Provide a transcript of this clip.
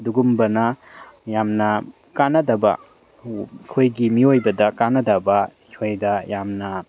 ꯑꯗꯨꯒꯨꯝꯕꯅ ꯌꯥꯝꯅ ꯀꯥꯟꯅꯗꯕ ꯑꯩꯈꯣꯏꯒꯤ ꯃꯤꯑꯣꯏꯕꯗ ꯀꯥꯟꯅꯗꯕ ꯑꯩꯈꯣꯏꯗ ꯌꯥꯝꯅ